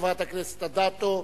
חברת הכנסת אדטו,